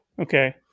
Okay